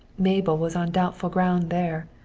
mabel was on doubtful ground there.